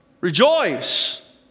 Rejoice